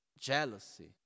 jealousy